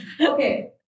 okay